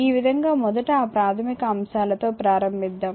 ఈ విధంగా మొదట ఆ ప్రాథమిక అంశాలతో ప్రారంభిద్దాం